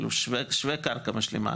שווה קרקע משלימה.